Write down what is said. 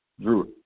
Drew